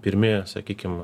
pirmi sakykim